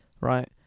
Right